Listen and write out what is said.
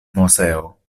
moseo